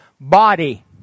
body